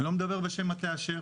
אני לא מדבר בשם מטה אשר,